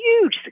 huge